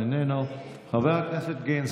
חבר הכנסת גולן,